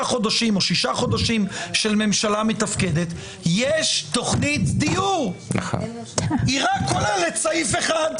חודשים של ממשלה מתפקדת יש תוכנית דיור שכוללת סעיף אחד: